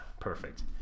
Perfect